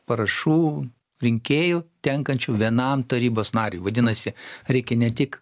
parašų rinkėjų tenkančių vienam tarybos nariui vadinasi reikia ne tik